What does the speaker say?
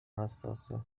حساسه